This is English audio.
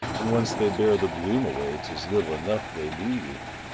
and once they bear the bloom away tis little enough they leave.